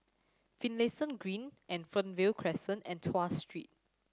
Finlayson Green and Fernvale Crescent and Tuas Street